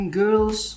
girls